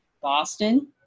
Boston